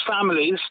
families